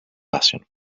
passion